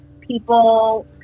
people